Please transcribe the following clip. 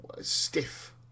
stiff